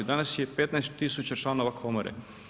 Danas je 15 000 članova komore.